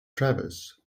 travis